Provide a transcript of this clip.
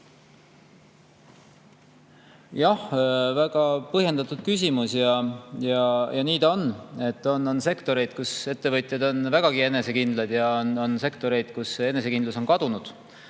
Jah, väga põhjendatud küsimus. Nii ta on. On sektoreid, kus ettevõtjad on vägagi enesekindlad, ja on sektoreid, kus enesekindlus on kadunud.